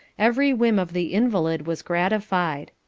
every whim of the invalid was gratified.